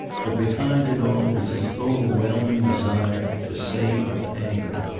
but behind it all was his overwhelming desire to save her pain.